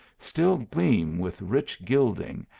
still gleam with rich gilding